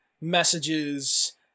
messages